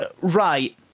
right